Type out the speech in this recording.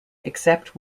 except